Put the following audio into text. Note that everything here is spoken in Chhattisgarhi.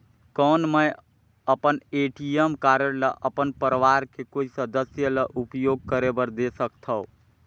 कौन मैं अपन ए.टी.एम कारड ल अपन परवार के कोई सदस्य ल उपयोग करे बर दे सकथव?